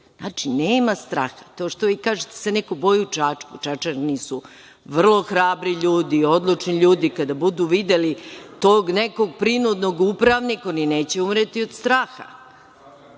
Znači nema straha. To što vi kažete da se neko boji u Čačku. Čačani su vrlo hrabri ljudi, odlučni ljudi, kada budu videli tog nekog prinudnog upravnika, oni neće umreti od straha.